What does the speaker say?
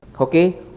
okay